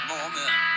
Moment